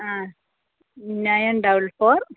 ആ nine double four